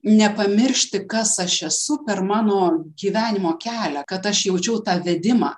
nepamiršti kas aš esu per mano gyvenimo kelią kad aš jaučiau tą vedimą